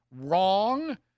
Wrong